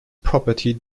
property